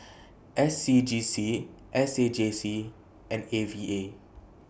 S C G C S A J C and A V A